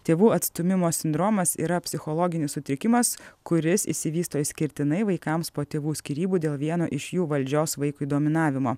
tėvų atstūmimo sindromas yra psichologinis sutrikimas kuris išsivysto išskirtinai vaikams po tėvų skyrybų dėl vieno iš jų valdžios vaikui dominavimo